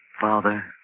Father